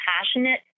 passionate